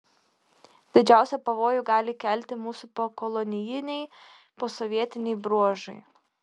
didžiausią pavojų gali kelti mūsų pokolonijiniai posovietiniai bruožai